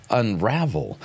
unravel